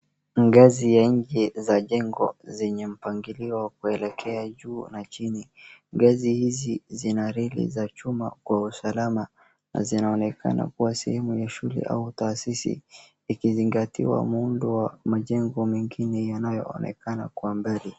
Ngazi ya nje za jengo zenye mpangilio wa kuelekea juu na chini. Ngazi hizi zina reli za chuma kwa usalama na zinaonekana kuwa sehemu ya shule au tahasisi ikizingatiwa muundo wa majengo mengine yanayoonekana kwa mbali.